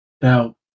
Now